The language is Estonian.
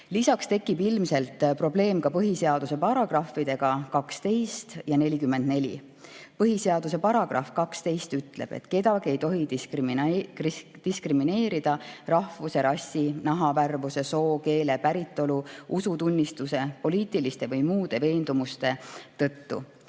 Lisaks tekib ilmselt probleem ka põhiseaduse §-dega 12 ja 44. Põhiseaduse § 12 ütleb, et kedagi ei tohi diskrimineerida rahvuse, rassi, nahavärvuse, soo, keele, päritolu, usutunnistuse, poliitiliste või muude veendumuste tõttu.